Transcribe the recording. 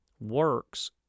works